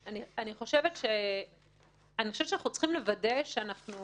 אני חושבת שאנחנו צריכים לוודא שאנחנו